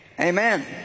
Amen